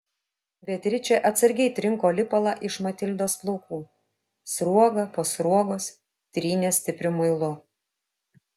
beatričė atsargiai trinko lipalą iš matildos plaukų sruogą po sruogos trynė stipriu muilu